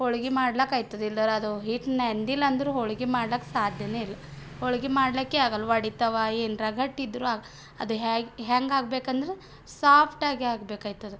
ಹೋಳಿಗೆ ಮಾಡ್ಲಿಕ್ಕಾಯ್ತದೆ ಇಲ್ದೇಯಿದ್ರೆ ಅದು ಹಿಟ್ಟು ನೆನೆದಿಲ್ಲ ಅಂದರೂ ಹೋಳಿಗೆ ಮಾಡ್ಲಿಕ್ಕೆ ಸಾಧ್ಯವೇ ಇಲ್ಲ ಹೋಳಿಗೆ ಮಾಡ್ಲಿಕ್ಕೆ ಆಗಲ್ಲ ಒಡಿತಾವೆ ಏನಾರ ಗಟ್ಟಿ ಇದ್ದರೂ ಅದು ಹ್ಯಾಗೆ ಹೇಗೆ ಆಗಬೇಕು ಅಂದರೆ ಸಾಫ್ಟಾಗಿ ಆಗಬೇಕಾಯ್ತದೆ